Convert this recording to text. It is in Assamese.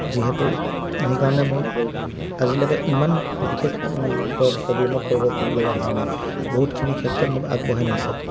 যিহেতু সেইকাৰণে মই আজিলৈকে ইমান বিশেষ প্ৰব্লেমত পৰিব লগা হোৱা নাই বহুতখিনি ক্ষেত্ৰত মোক আগবঢ়াই নিছে